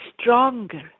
stronger